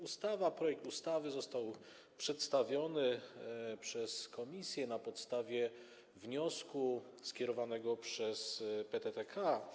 Ustawa, projekt ustawy został przedstawiony przez komisję na podstawie wniosku skierowanego przez PTTK.